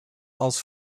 als